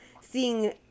seeing